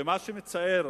מה שמצער,